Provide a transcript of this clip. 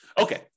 Okay